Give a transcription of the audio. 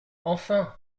enfin